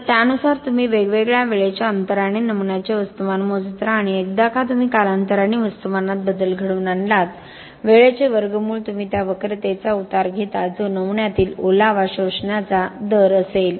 तर त्यानुसार तुम्ही वेगवेगळ्या वेळेच्या अंतराने नमुन्याचे वस्तुमान मोजत राहा आणि एकदा का तुम्ही कालांतराने वस्तुमानात बदल घडवून आणलात वेळेचे वर्गमूळ तुम्ही त्या वक्रतेचा उतार घेता जो नमुन्यातील ओलावा शोषण्याचा दर असेल